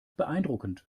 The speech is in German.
beeindruckend